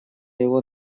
его